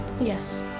Yes